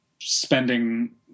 spending